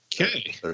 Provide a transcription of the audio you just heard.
Okay